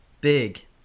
Big